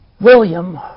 William